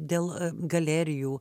dėl galerijų